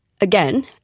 again